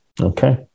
okay